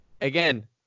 again